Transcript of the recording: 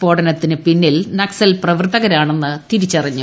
സ്ഫോടനത്തിന് പിന്നിൽ നക്സൽ പ്രവർത്തകരാണെന്ന് തിരിച്ചറിഞ്ഞു